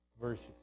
verses